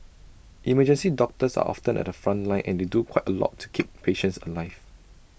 emergency doctors are often at the front line and they do quite A lot to keep patients alive